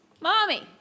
Mommy